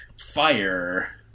fire—